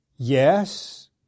Yes